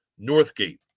Northgate